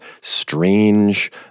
strange